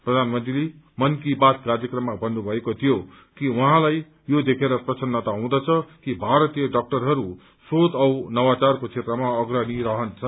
प्रधानमन्त्रीले मन की बात कार्यक्रममा भन्नु भएको थियो कि उहाँलाई यो देखरे प्रसन्नता हुँदछ कि भारतीय डाक्टर शोध औ नवाचारको क्षेत्रमा अग्रणी रहन्छन्